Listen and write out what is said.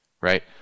Right